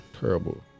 Terrible